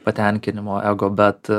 patenkinimo ego bet